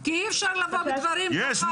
כי אי אפשר לבוא בדברים --- יש.